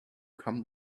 come